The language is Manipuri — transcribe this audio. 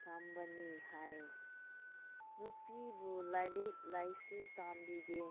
ꯐꯪꯕꯅꯤ ꯍꯥꯏ ꯅꯨꯄꯤꯕꯨ ꯂꯥꯏꯔꯤꯛ ꯂꯥꯏꯁꯨ ꯇꯝꯕꯤꯗꯦ